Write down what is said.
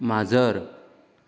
माजर